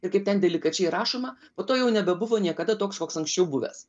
ir kaip ten delikačiai rašoma po to jau nebebuvo niekada toks koks anksčiau buvęs